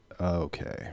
Okay